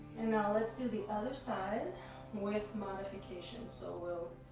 and now let's do the other side with modification. so we'll